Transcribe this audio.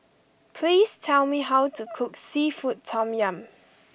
please tell me how to cook Seafood Tom Yum